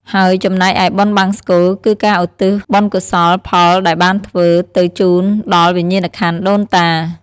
ហើយចំំណែកឯបុណ្យបង្សុកូល គឺការឧទ្ទិសបុណ្យកុសលផលដែលបានធ្វើ ទៅជូនដល់វិញ្ញាណក្ខន្ធដូនតា ។